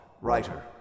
writer